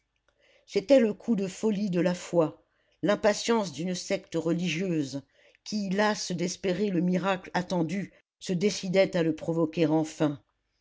c'était le coup de folie de la foi l'impatience d'une secte religieuse qui lasse d'espérer le miracle attendu se décidait à le provoquer enfin